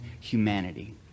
humanity